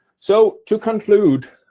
so, to conclude,